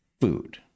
food